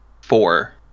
Four